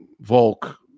Volk